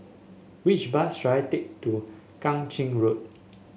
which bus should I take to Kang Ching Road